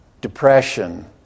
depression